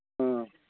ꯑ